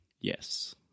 Yes